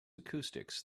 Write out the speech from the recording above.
acoustics